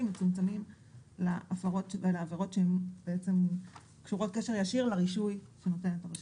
מצמצמים לעבירות שקשורות קשר ישיר לרישוי שנותנת הרשות.